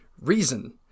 reason